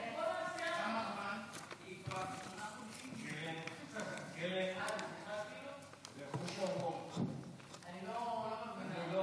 כמה